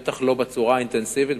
בטח לא בצורה אינטנסיבית,